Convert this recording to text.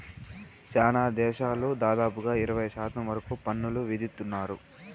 శ్యానా దేశాలు దాదాపుగా ఇరవై శాతం వరకు పన్నులు విధిత్తున్నారు